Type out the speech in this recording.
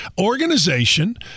organization